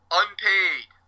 unpaid